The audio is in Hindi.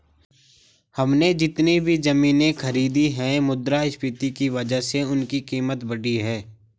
हमने जितनी भी जमीनें खरीदी हैं मुद्रास्फीति की वजह से उनकी कीमत बढ़ी है